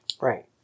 Right